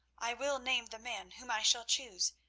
i will name the man whom i shall choose,